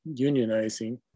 unionizing